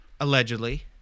allegedly